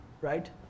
Right